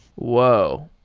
whoa.